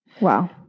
Wow